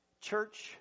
church